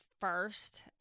first